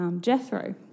Jethro